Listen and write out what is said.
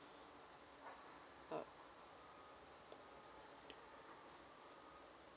uh